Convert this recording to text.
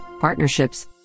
Partnerships